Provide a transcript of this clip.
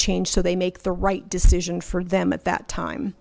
change so they make the right decision for them at that time